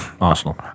Arsenal